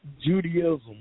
Judaism